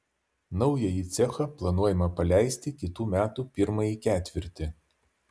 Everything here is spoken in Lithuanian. naująjį cechą planuojama paleisti kitų metų pirmąjį ketvirtį